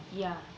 yeah